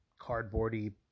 cardboardy